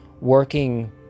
working